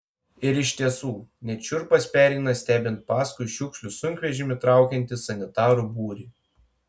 ir iš tiesų net šiurpas pereina stebint paskui šiukšlių sunkvežimį traukiantį sanitarų būrį